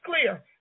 clear